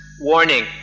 warning